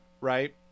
right